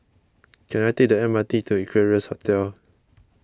can I take the M R T to Equarius Hotel